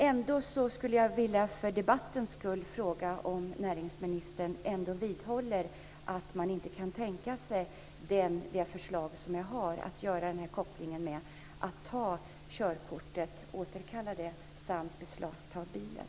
Jag skulle ändå för debattens skull vilja fråga om näringsministern vidhåller sitt motstånd mot mitt förslag om återkallande av körkortet och beslagtagande av bilen.